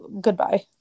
goodbye